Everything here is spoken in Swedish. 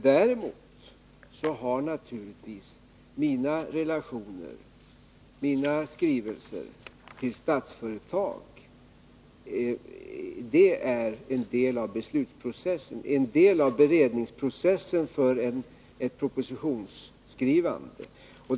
Däremot är naturligtvis mina relationer med och mina skrivelser till Statsföretag en del av beslutsprocessen, av beredningsprocessen, inför propositionsskrivandet.